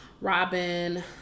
Robin